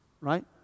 right